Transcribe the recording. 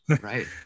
Right